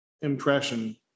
impression